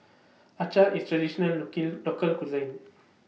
Acar IS Traditional Local Cuisine